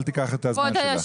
אל תיקח את הזמן שלה.